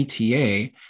ETA